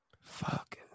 Fuck